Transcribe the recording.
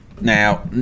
Now